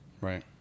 right